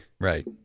Right